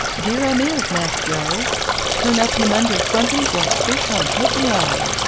dere um is, mass joe turn up him under frontums like fis on hook an' line.